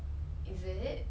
讲什么讲多一次